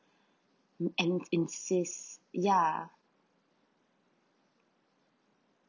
mm and insists ya